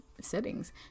settings